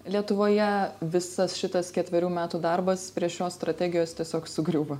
lietuvoje visas šitas ketverių metų darbas prie šios strategijos tiesiog sugriūva